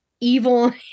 evil